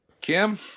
Kim